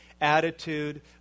attitude